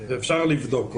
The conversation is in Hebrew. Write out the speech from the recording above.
ואפשר לבדוק אותנו.